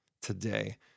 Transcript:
Today